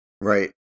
Right